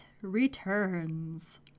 Returns